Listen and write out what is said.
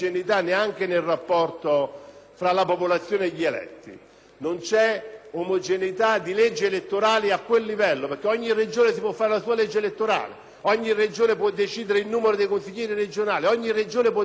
Non c'è omogeneità di legge elettorale a quel livello, perché ogni Regione si può fare la sua legge elettorale; ogni Regione può decidere il numero dei consiglieri regionali; ogni Regione può decidere persino la sua norma sulla ineleggibilità